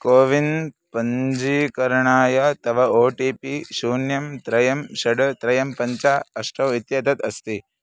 CoWIN पञ्जीकरणाय तव O T P शून्यं त्रयं षड् त्रयं पञ्च अष्टौ इत्येतत् अस्ति